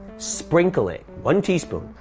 sprinkle it, one teaspoon,